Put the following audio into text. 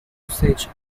usage